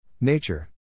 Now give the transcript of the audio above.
Nature